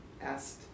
asked